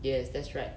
yes that's right